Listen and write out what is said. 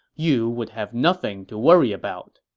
you would have nothing to worry about.